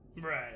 Right